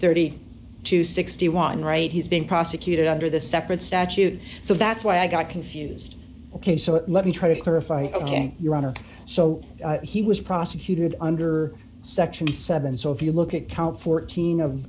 thirty to sixty one right he's been prosecuted under the separate statute so that's why i got confused ok so let me try to clarify ok your honor so he was prosecuted under section seven so if you look at count fourteen